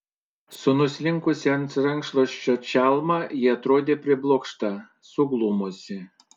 su nuslinkusia ant šono rankšluosčio čalma ji atrodė priblokšta suglumusi